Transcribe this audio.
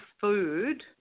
food